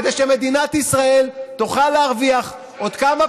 כדי שמדינת ישראל תוכל להרוויח עוד כמה